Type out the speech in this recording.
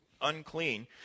unclean